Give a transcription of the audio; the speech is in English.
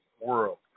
world